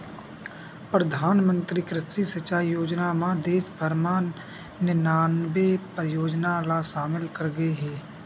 परधानमंतरी कृषि सिंचई योजना म देस भर म निनानबे परियोजना ल सामिल करे गे हे